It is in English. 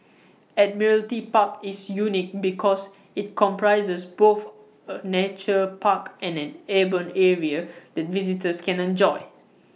Admiralty Park is unique because IT comprises both A Nature Park and an urban area that visitors can enjoy